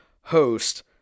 host